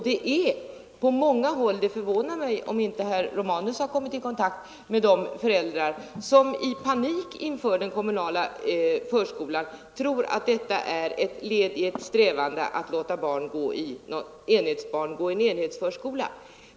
Det skulle förvåna mig om herr Romanus inte har kommit i kontakt med de många föräldrar som i panik inför den kommunala förskolan menar att detta är ett led i strävandena att låta enhetsbarn gå i en enhetsförskola.